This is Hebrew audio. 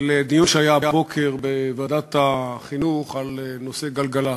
לדיון שהיה הבוקר בוועדת החינוך על נושא גלגלצ,